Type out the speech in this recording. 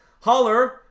Holler